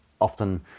often